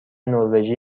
نروژی